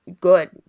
good